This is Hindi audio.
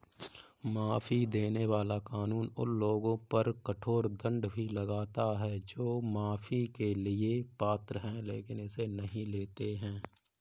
माफी देने वाला कानून उन लोगों पर कठोर दंड भी लगाता है जो माफी के लिए पात्र हैं लेकिन इसे नहीं लेते हैं